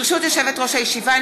ברשות יושבת-ראש הישיבה,